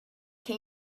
can